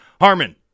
Harmon